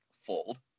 fold